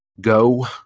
Go